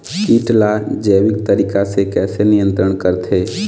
कीट ला जैविक तरीका से कैसे नियंत्रण करथे?